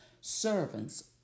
servants